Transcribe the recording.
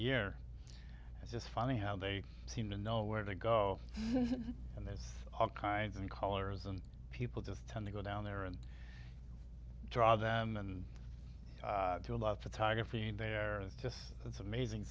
and just funny how they seem to know where to go and there's all kinds of colors and people just tend to go down there and draw them and do a lot of photography there just it's amazing